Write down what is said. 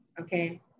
okay